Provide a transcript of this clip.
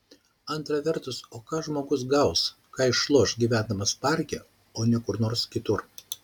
antra vertus o ką žmogus gaus ką išloš gyvendamas parke o ne kur nors kitur